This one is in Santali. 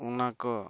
ᱚᱱᱟ ᱠᱚ